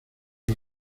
los